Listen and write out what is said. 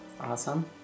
Awesome